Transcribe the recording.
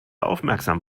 aufmerksam